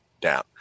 down